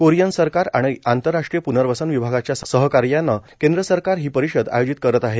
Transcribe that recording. Korean सरकार आणि आंतरराष्ट्रीय प्नर्वसन विभागाच्या सरकार्यानं केंद्र सरकार ही परिषद आयोजित करत आहे